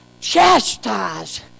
chastise